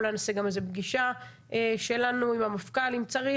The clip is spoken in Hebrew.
אולי נעשה גם איזו פגישה שלנו עם המפכ"ל אם צריך,